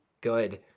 good